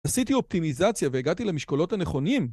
עשיתי אופטימיזציה והגעתי למשקולות הנכונים